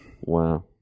Wow